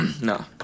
No